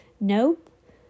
Nope